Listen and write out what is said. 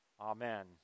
Amen